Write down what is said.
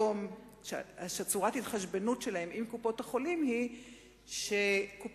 שצורת ההתחשבנות שלהם עם קופות-החולים היא שקופת-החולים,